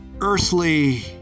earthly